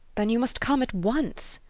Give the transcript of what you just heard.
then you must come at once.